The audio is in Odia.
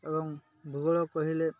ଏବଂ ଭୂଗୋଳ କହିଲେ